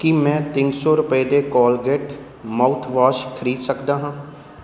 ਕੀ ਮੈਂ ਤਿੰਨ ਸੌ ਰੁਪਏ ਦੇ ਕੋਲਗੇਟ ਮਾਉਥਵਾਸ਼ ਖਰੀਦ ਸਕਦਾ ਹਾਂ